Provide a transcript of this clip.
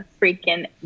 freaking